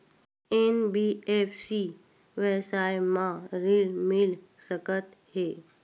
NBFC व्यवसाय मा ऋण मिल सकत हे